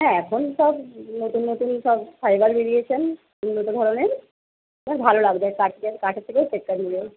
হ্যাঁ এখন সব নতুন নতুন সব ফাইভার বেরিয়েছে উন্নত ধরণের খুব ভালো লাগবে কাঠের থেকে টেক্কা দিয়ে